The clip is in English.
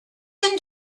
can